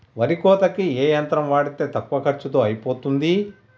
వరి కోతకి ఏ యంత్రం వాడితే తక్కువ ఖర్చులో అయిపోతుంది?